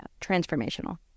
transformational